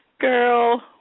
Girl